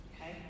Okay